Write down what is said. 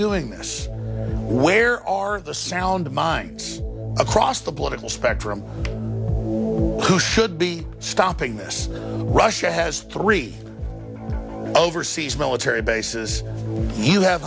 doing this where are the sound minds across the political spectrum who should be stopping this russia has three overseas military bases you have